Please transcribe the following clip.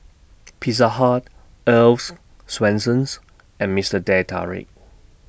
Pizza Hut Earl's Swensens and Mister Teh Tarik